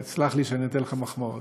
סלח לי שאני נותן לך מחמאות.